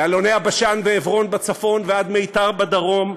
מאלוני הבשן ועברון בצפון ועד מיתר בדרום,